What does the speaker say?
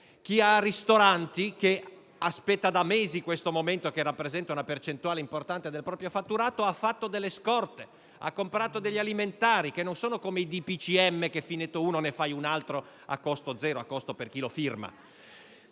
Chi ha ristoranti e aspetta da mesi questo momento, che rappresenta una percentuale importante del proprio fatturato, ha fatto delle scorte e ha comprato degli alimenti, i quali non sono come i DPCM che, finito uno, ne fai un altro a costo zero per chi lo firma.